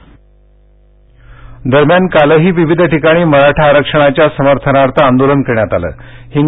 आरक्षण आंदोलनः दरम्यान कालही विविध ठिकाणी मराठा आरक्षणाच्या समर्थनार्थ आंदोलन करण्यात आलंहि